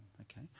Okay